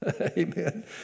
Amen